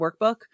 workbook